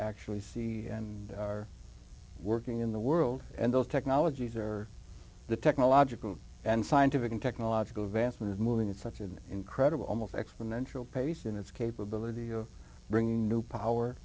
actually see and are working in the world and those technologies are the technological and scientific and technological advancement is moving at such an incredible almost exponential pace in its capability of bringing new power